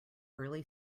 early